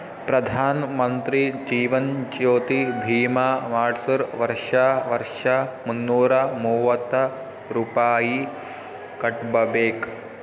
ಪ್ರಧಾನ್ ಮಂತ್ರಿ ಜೀವನ್ ಜ್ಯೋತಿ ಭೀಮಾ ಮಾಡ್ಸುರ್ ವರ್ಷಾ ವರ್ಷಾ ಮುನ್ನೂರ ಮೂವತ್ತ ರುಪಾಯಿ ಕಟ್ಬಬೇಕ್